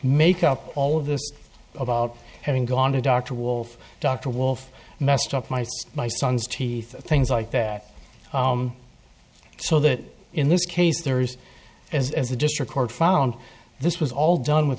make up all of this about having gone to dr wolf dr wolf messed up my my son's teeth things like that so that in this case there is as as a district court found this was all done with